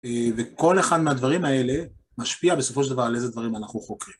וכל אחד מהדברים האלה משפיע בסופו של דבר על איזה דברים אנחנו חוקרים.